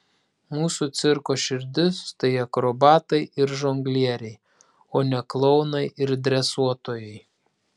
mūsų cirko širdis tai akrobatai ir žonglieriai o ne klounai ir dresuotojai